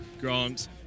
Grant